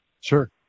Sure